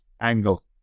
Angle